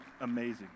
amazing